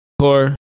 core